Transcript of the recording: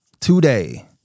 today